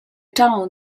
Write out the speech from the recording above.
town